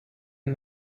and